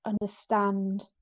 understand